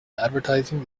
advertising